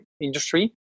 industry